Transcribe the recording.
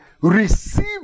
Receive